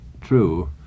true